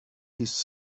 his